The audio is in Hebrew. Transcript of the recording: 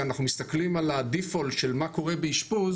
כשאנחנו מסתכלים על הדיפולט של מה קורה באשפוז,